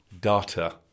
Data